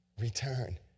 Return